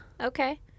Okay